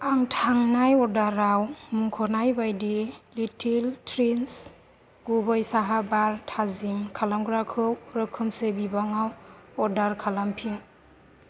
थांनाय अर्डाराव मुंख'नाय बायदि लिटल त्रिन्स गुबै साहा बार थाजिम खालामग्राखौ रोखोमसे बिबाङाव अर्डार खालामफिन